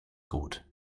gut